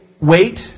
wait